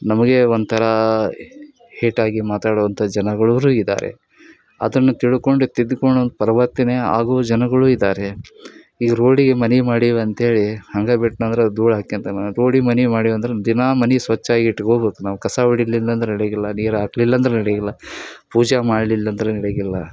ನಮಗೇ ಒಂಥರ ಹೇಟಾಗಿ ಮಾತಾಡುವಂಥ ಜನಗಳೂ ಇದ್ದಾರೆ ಅದನ್ನು ತಿಳ್ಕೊಂಡು ತಿದ್ಕೊಳೋ ಪರ್ವರ್ತನೆ ಆಗುವ ಜನಗಳೂ ಇದ್ದಾರೆ ಈ ರೋಡಿಗೆ ಮನೆ ಮಾಡೀವಂತೇಳಿ ಹಂಗೇ ಬಿಟ್ನಂದ್ರೆ ಧೂಳು ಹತ್ಕಂತನ ರೋಡೀಗೆ ಮನೆ ಮಾಡಿವಂದ್ರೆ ದಿನಾ ಮನೆ ಸ್ವಚ್ಛಾಗಿ ಇಟ್ಗೋಬೇಕ್ ನಾವು ಕಸ ಹೊಡಿಲಿಲ್ಲಂದ್ರ್ ನಡ್ಯೋಂಗಿಲ್ಲ ನೀರು ಹಾಕ್ಲಿಲ್ಲಂದ್ರ್ ನಡಿಯಂಗಿಲ್ಲ ಪೂಜೆ ಮಾಡ್ಲಿಲ್ಲಂದ್ರೆ ನಡಿಯಂಗಿಲ್ಲ